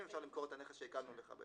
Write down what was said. אנחנו יכולים למכור את הנכס שעיקלנו לך.